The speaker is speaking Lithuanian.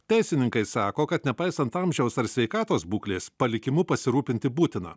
teisininkai sako kad nepaisant amžiaus ar sveikatos būklės palikimu pasirūpinti būtina